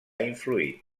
influït